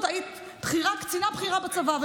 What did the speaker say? בואי, כי גם את בכל זאת היית קצינה בכירה בצבא.